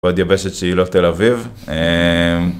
ועוד יבשת שהיא לא תל אביב.